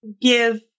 give